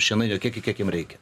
šienainio kiekį kiek jiem reikia